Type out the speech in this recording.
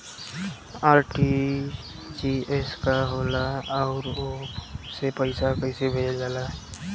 RTGS का होला आउरओ से पईसा कइसे भेजल जला?